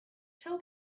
tell